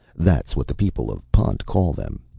that's what the people of punt call them.